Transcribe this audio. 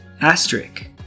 asterisk